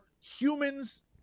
humans